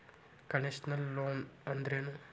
Concessional loan ಅಂದ್ರೇನು?